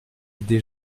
des